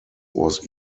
was